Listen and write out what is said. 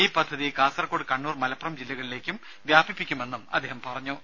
ഈ പദ്ധതി കാസർകോട് കണ്ണൂർ മലപ്പുറം ജില്ലകളിലേക്കും വ്യാപിപ്പിക്കുമെന്ന് അദ്ദേഹം അറിയിച്ചു